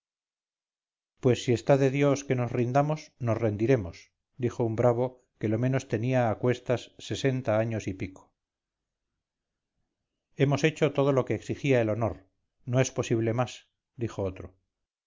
pues si está de dios que nos rindamos nos rendiremos dijo un bravo que lo menos tenía a cuestas sesenta años y pico hemos hecho todo lo que exigía el honor no es posible más dijo otro